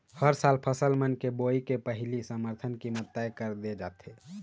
हर साल फसल मन के बोवई के पहिली समरथन कीमत तय कर दे जाथे